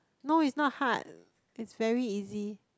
no it's not hard it's very easy